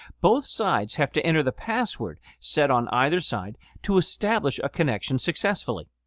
both sides have to enter the password set on either side to establish a connection successfully.